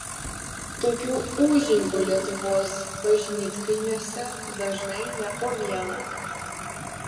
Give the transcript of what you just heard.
tokių užeigų lietuvos bažnytkaimiuose dažnai ne po vieną